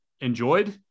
enjoyed